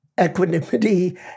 equanimity